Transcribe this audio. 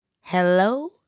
Hello